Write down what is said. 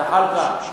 זחאלקה,